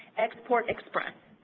export express.